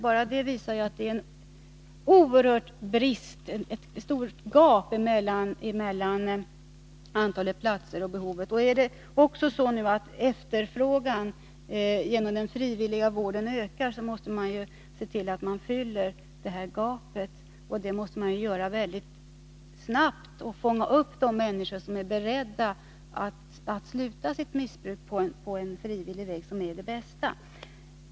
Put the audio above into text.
Bara det visar att det är ett oerhört gap emellan antalet platser och behovet. Är det så att efterfrågan på platser genom den frivilliga vården ökar, måste man se till att man fyller detta gap, och det måste ske snabbt, så att man kan fånga upp de människor som är beredda att sluta sitt missbruk på frivillig väg, vilket är det bästa.